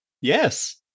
Yes